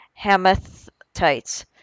Hamathites